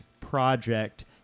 project